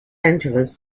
angeles